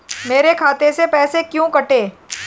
मेरे खाते से पैसे क्यों कटे?